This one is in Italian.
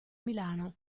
milano